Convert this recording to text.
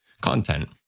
content